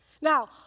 Now